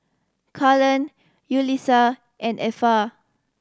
Cullen Yulissa and Effa